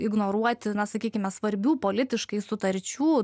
ignoruoti na sakykime svarbių politiškai sutarčių